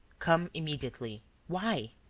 come immediately why?